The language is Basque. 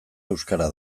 euskara